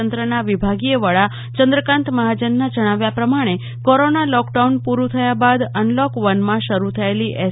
તંત્ર ના વિભાગીય વડા ચંદ્રકાંત મહાજન ના જણાવ્યા પ્રમાણે કોરોના લોકડાઉન પૂર્ડું થયા બાદ અનલોક વન માં શરૂ થયેલી એસ